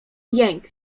jęk